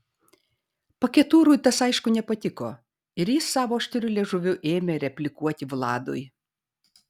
paketurui tas aišku nepatiko ir jis savo aštriu liežuviu ėmė replikuoti vladui